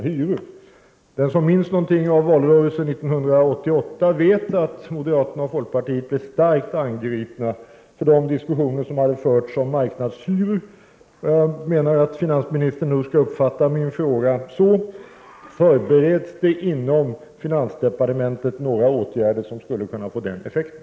Var och en som minns någonting av valrörelsen 1988 vet att moderaterna och folkpartiet blev hårt angripna för de diskussioner som hade förts om marknadshyror. Jag menar att finansministern nu skall uppfatta min fråga på följande sätt: Förbereds det inom finansdepartementet några åtgärder som skulle kunna få den effekten?